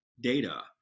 data